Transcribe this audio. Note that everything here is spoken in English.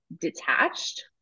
detached